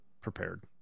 prepared